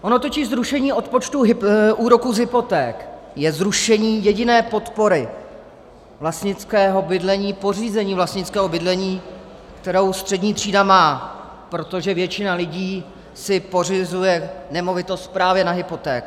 Ono totiž zrušení odpočtu úroku z hypoték je zrušení jediné podpory vlastnického bydlení, pořízení vlastnického bydlení, kterou střední třída má, protože většina lidí si pořizuje nemovitost právě na hypotéku.